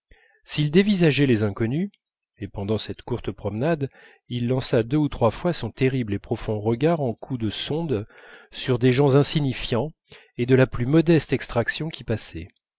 s'il dévisageait les inconnus et pendant cette courte promenade il lança deux ou trois fois son terrible et profond regard en coup de sonde sur des gens insignifiants et de la plus modeste extraction qui passaient